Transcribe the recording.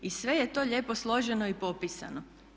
I sve je to lijepo složeno i popisano.